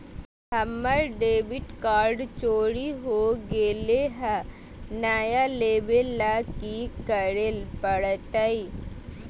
हमर debit card चोरी हो गेले हई, नया लेवे ल की करे पड़तई?